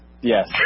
Yes